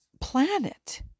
planet